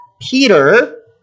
Peter